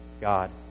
God